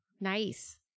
nice